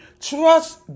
Trust